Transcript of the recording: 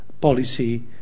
policy